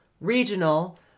regional